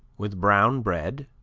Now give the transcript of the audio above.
with brown bread,